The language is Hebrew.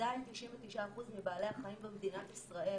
עדיין 99% מבעלי החיים במדינת ישראל